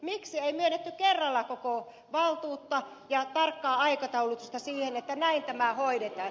miksi ei myönnetty kerralla koko valtuutta ja tarkkaa aikataulutusta siihen että näin tämä hoidetaan